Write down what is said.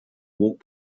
walk